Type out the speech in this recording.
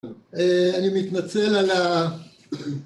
אה...אני מתנצל על ה...